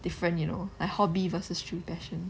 different you know like hobby versus true passion